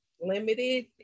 limited